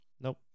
Nope